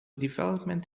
development